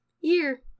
year